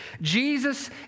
Jesus